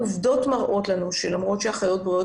העובדות מראות לנו שלמרות שאחיות בריאות